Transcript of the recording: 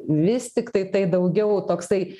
vis tiktai tai daugiau toksai